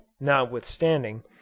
notwithstanding